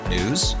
News